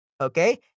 Okay